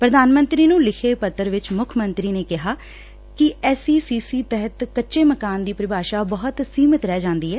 ਪ੍ਰਧਾਨ ਮੰਤਰੀ ਨੂੰ ਲਿਖੇ ਪੱਤਰ ਵਿੱਚ ਮੁੱਖ ਮੰਤਰੀ ਨੇ ਕਿਹਾ ਕਿ ਐਸਈਸੀਸੀ ਤਹਿਤ ਕੱਚੇ ਮਕਾਨ ਦੀ ਪਰਿਭਾਸ਼ਾ ਬਹੁਤ ਸੀਮਿਤ ਰਹਿ ਜਾਂਦੀ ਏ